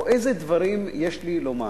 או איזה דברים לומר.